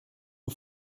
nur